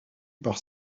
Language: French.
par